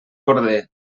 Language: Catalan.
corder